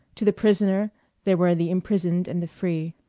to the prisoner there were the imprisoned and the free,